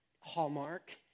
Hallmark